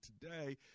today